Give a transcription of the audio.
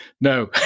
no